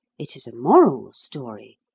it is a moral story,